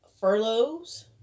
furloughs